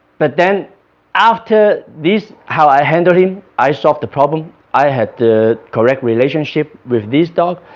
but then after this how i handled him, i solved the problem i had the correct relationship with this dog,